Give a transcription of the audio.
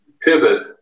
pivot